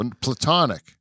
Platonic